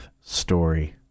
story